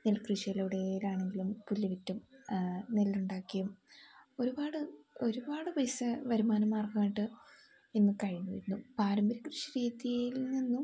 നെൽക്കൃഷിയിലൂടെയാണെങ്കിലും പുല്ലുവിറ്റും നെല്ലുണ്ടാക്കിയും ഒരുപാട് ഒരുപാട് പൈസ വരുമാനമാർഗ്ഗമായിട്ട് ഇന്ന് കഴിഞ്ഞിരുന്നു പാരമ്പര്യ കൃഷിരീതിയിൽ നിന്നും